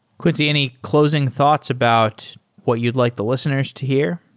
quincy, any clos ing thoughts about what you'd like the lis teners to hear?